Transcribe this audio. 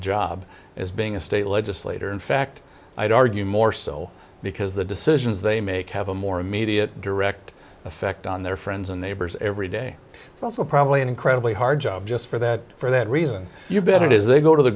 job as being a state legislator in fact i argue more so because the decisions they make have a more immediate direct effect on their friends and neighbors every day it's also probably an incredibly hard job just for that for that reason you bet it is they go to the